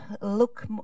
look